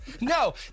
No